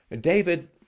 David